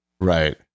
right